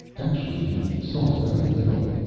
actually, you saw very little.